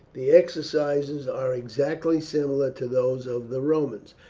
the exercises are exactly similar to those of the romans.